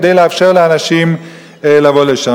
כדי לאפשר לאנשים לבוא לשם.